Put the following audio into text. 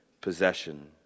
possession